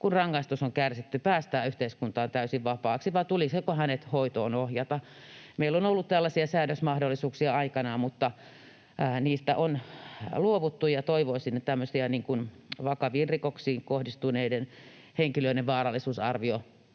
kun rangaistus on kärsitty, päästää yhteiskuntaan täysin vapaaksi, vai tulisiko hänet hoitoonohjata? Meillä on ollut tällaisia säädösmahdollisuuksia aikanaan, mutta niistä on luovuttu. Ja toivoisin, että tämmöisiin vakaviin rikoksiin syyllistyneiden henkilöiden vaarallisuusarvio